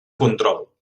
control